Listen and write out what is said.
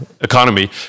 economy